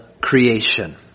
creation